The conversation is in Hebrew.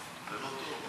זה לא טוב.